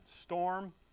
storm